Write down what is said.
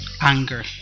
anger